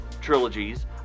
trilogies